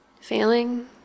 failing